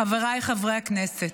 חבריי חברי הכנסת,